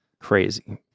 crazy